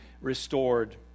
restored